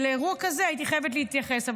-- שלאירוע כזה הייתי חייבת להתייחס.